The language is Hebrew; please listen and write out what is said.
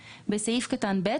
(א)בסעיף קטן (ב),